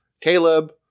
Caleb